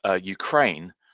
Ukraine